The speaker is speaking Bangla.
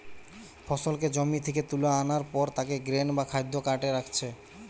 ফসলকে জমি থিকে তুলা আনার পর তাকে গ্রেন বা খাদ্য কার্টে রাখছে